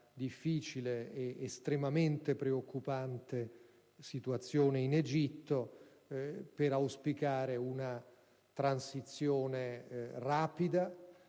difficile e estremamente preoccupante situazione in Egitto, al fine di auspicare una transizione rapida,